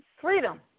freedom